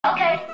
Okay